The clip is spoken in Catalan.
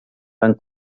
van